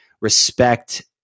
respect